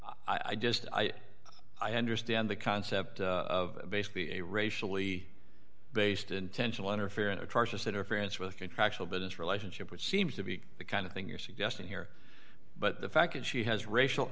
here i just i i understand the concept of basically a racially based intentional under fair and atrocious interference with contractual business relationship which seems to be the kind of thing you're suggesting here but the fact that she has racial